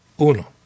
Uno